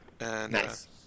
Nice